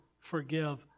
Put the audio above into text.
forgive